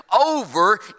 over